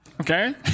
Okay